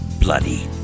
Bloody